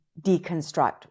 deconstruct